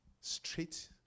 straight